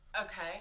Okay